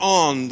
on